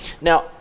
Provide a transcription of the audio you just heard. now